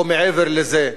או מעבר לזה,